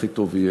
החוקה,